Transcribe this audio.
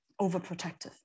overprotective